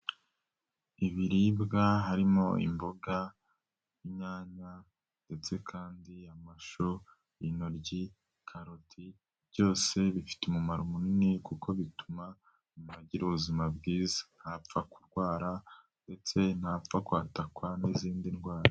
Ibiribwa harimo imboga inyanya ndetse kandi amashu, intoryi, karoti, byose bifite umumaro munini kuko bituma umuntu agira ubuzima bwiza, ntapfa kurwara ndetse ntapfa kwatakwa n'izindi ndwara.